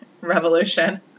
Revolution